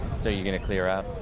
so, you're going to clear up?